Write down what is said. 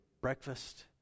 breakfast